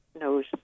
knows